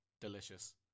delicious